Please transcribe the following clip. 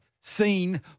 seen